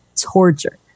torture